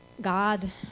God